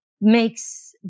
makes